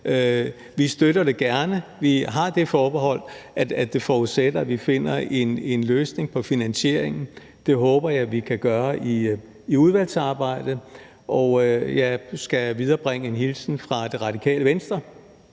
støtter det, men vi har det forbehold, at det forudsætter, at vi finder en løsning på finansieringen, og det håber jeg vi kan gøre i udvalgsarbejdet. Og jeg skal viderebringe en hilsen fra Radikale Venstre,